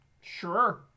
Sure